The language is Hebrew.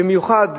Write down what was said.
במיוחד,